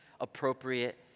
appropriate